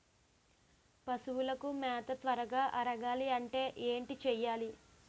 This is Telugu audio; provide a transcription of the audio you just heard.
పశువులకు మేత త్వరగా అరగాలి అంటే ఏంటి చేయాలి?